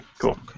cool